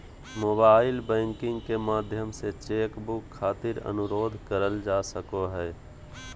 mobile banking के माध्यम से चेक बुक खातिर अनुरोध करल जा सको हय